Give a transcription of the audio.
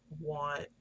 want